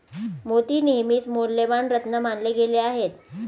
मोती नेहमीच मौल्यवान रत्न मानले गेले आहेत